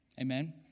Amen